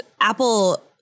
Apple